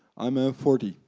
i'm ah forty.